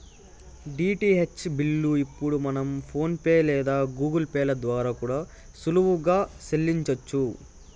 DTH bill ఇప్పుడు మనం PhonePe లేదా గూగుల్ పే ల ద్వారా కూడా సులువుగా సెల్లించొచ్చు